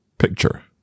Picture